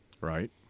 Right